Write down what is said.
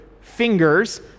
fingers